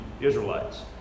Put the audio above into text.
Israelites